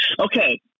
okay